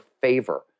favor